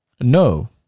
No